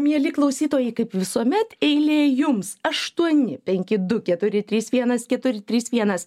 mieli klausytojai kaip visuomet eilė jums aštuoni penki du keturi trys vienas keturi trys vienas